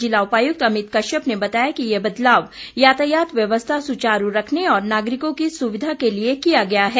जिला उपायुक्त अमित कश्यप ने बताया कि ये बदलाव यातायात व्यवस्था सुचारू रखने और नागरिकों की सुविधा के लिए किया गया है